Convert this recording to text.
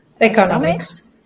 economics